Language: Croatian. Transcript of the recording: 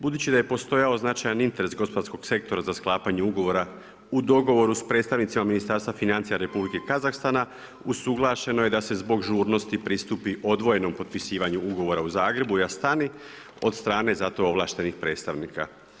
Budući da je postojao značajni interes gospodarskog sektora za sklapanje ugovora u dogovoru sa predstavnicima Ministarstva financija Republike Kazahstana usuglašeno je da se zbog žurnosti pristupi odvojenom potpisivanju ugovora u Zagrebu … od strane za to ovlaštenih predstavnika.